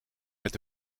met